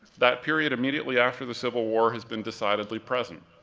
that period immediately after the civil war has been decidedly present.